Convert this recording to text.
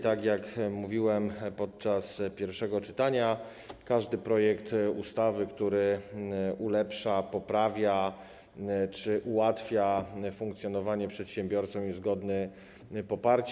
Tak jak mówiłem podczas pierwszego czytania, każdy projekt ustawy, który ulepsza, poprawia czy ułatwia funkcjonowanie przedsiębiorców, jest godny poparcia.